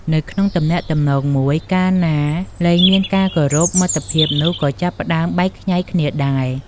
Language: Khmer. នៅក្នុងទំនាក់ទំនងមួយ កាលណាលែងមានការគោរព មិត្តភាពនោះក៏ចាប់ផ្ដើមបែកខ្ញែកគ្នាដែរ។